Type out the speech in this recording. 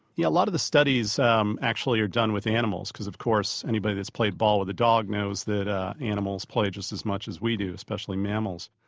yeah, a lot of the studies um actually are done with animals, because of course, anybody that's played ball with a dog knows that animals play just as much as we do, especially mammals.